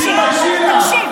תתביישי לך.